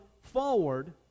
forward